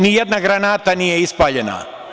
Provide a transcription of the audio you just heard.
Ni jedna granata nije ispaljena.